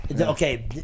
Okay